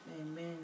Amen